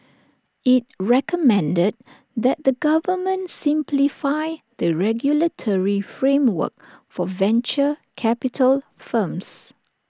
IT recommended that the government simplify the regulatory framework for venture capital firms